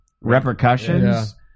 repercussions